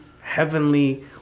heavenly